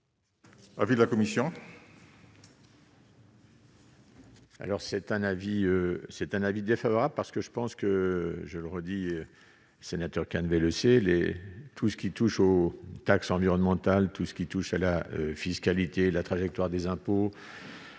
Avis de la commission.